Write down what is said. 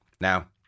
Now